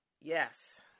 Yes